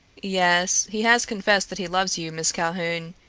yes, he has confessed that he loves you, miss calhoun,